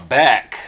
back